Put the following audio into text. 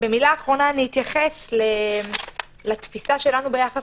במילה אחרונה אתייחס לתפיסה שלנו ביחד